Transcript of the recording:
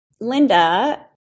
Linda